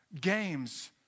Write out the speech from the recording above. Games